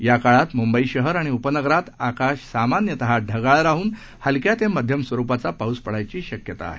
याकाळात मुंबई शहर आणि उपनगरात आकाश सामान्यतः ढगाळ राहून हलक्या ते मध्यम स्वरुपाचा पाऊस पडण्याची शक्यता आहे